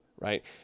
right